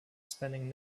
spanning